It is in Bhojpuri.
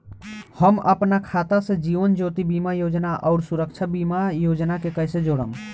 हम अपना खाता से जीवन ज्योति बीमा योजना आउर सुरक्षा बीमा योजना के कैसे जोड़म?